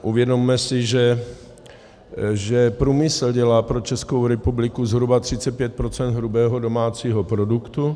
Uvědomme si, že průmysl dělá pro Českou republiku zhruba 35 % hrubého domácího produktu.